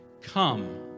Come